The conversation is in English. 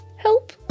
help